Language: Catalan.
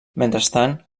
mentrestant